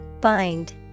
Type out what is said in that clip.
bind